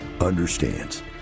understands